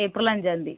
April അഞ്ചാന്തി